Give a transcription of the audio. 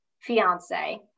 fiance